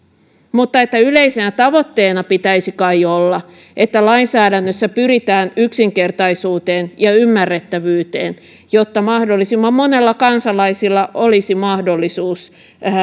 mutta yleisenä tavoitteena pitäisi kai olla että lainsäädännössä pyritään yksinkertaisuuteen ja ymmärrettävyyteen jotta mahdollisimman monella kansalaisella olisi mahdollisuus